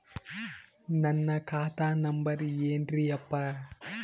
ನನ್ನ ಖಾತಾ ನಂಬರ್ ಏನ್ರೀ ಯಪ್ಪಾ?